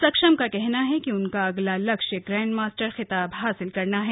सक्षम का कहना है कि उनका अगला लक्ष्य ग्रांड मास्टर खिताब हासिल करना है